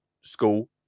school